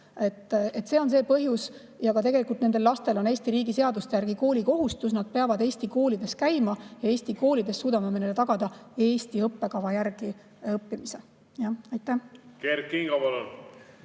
See on see põhjus. Tegelikult on nendel lastel Eesti riigi seaduste järgi ka koolikohustus, nad peavad Eesti koolides käima. Aga Eesti koolides suudame me neile tagada Eesti õppekava järgi õppimise. Aitäh!